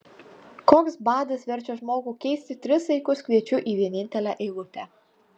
koks badas verčia žmogų keisti tris saikus kviečių į vienintelę eilutę